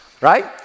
right